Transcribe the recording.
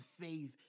faith